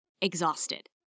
exhausted